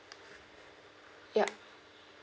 yup